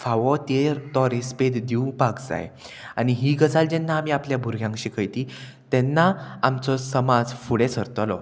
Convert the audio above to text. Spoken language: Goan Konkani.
फावो तें तो रेस्पेद दिवपाक जाय आनी ही गजाल जेन्ना आमी आपल्या भुरग्यांक शिकयतली तेन्ना आमचो समाज फुडें सरतलो